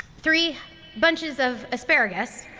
three bunches of asparagus.